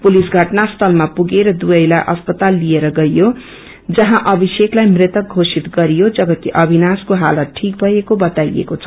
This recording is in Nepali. पुलिस घटना स्थलमा पुगे र दुवैलाई अस्पतालमा लिएर गायो जहाँ अभिषेकलाई मृतक धोषित गरियो जबकि अविनाशको हालत ठीक भएको बताईएको छ